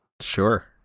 Sure